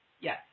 yes